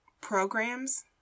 programs